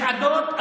מסעדות,